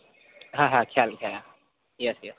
હા હા ચાલે હા યસ યસ